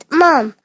mom